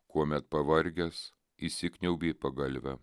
kuomet pavargęs įsikniaubi į pagalvę